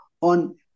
on